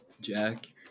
Jack